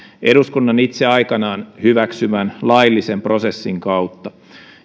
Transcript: eduskunnan itse aikanaan hyväksymän laillisen prosessin kautta